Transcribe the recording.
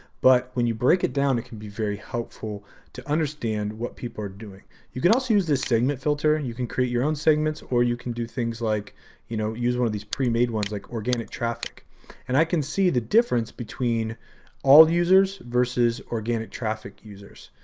but when you break it down, it can be very helpful to understand what people are doing. you can also use this segment filter. and you can create your own segments or you can do things like you know use one of these pre-made ones like organic traffic and i can see the difference between all users versus organic traffic users.